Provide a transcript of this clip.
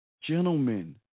gentlemen